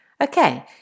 Okay